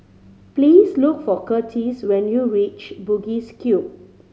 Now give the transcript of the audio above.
please look for Curtis when you reach Bugis Cube